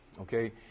okay